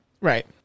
Right